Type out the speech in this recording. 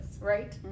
right